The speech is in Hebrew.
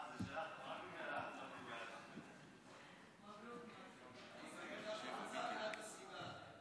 ההצעה להעביר את הצעת חוק איסור פרסומות והגבלת השיווק של מוצרי